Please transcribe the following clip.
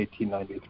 1893